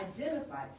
identified